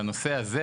בנושא הזה,